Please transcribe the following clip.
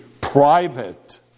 private